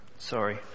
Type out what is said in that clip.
Sorry